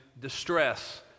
distress